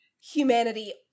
humanity